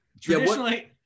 traditionally